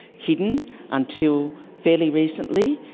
hidden until fairly recently.